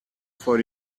for